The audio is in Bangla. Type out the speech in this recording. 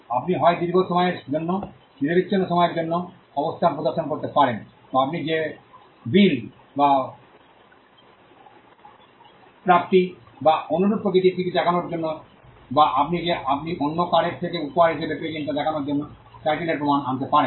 আপনি হয় দীর্ঘ সময়ের জন্য নিরবচ্ছিন্ন সময়ের জন্য অবস্থান প্রদর্শন করতে পারেন বা আপনি যে বিল বা প্রাপ্তি বা অনুরূপ প্রকৃতির কিছু দেখানোর জন্য বা আপনি যে আপনি অন্য কারোর থেকে উপহার হিসাবে পেয়েছেন তা দেখানোর জন্য টাইটেল এর প্রমাণ আনতে পারেন